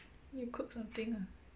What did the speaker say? then you cook something ah